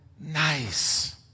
nice